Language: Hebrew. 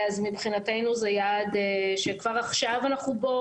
מבחינתנו, זה יעד שכבר עכשיו אנחנו בו.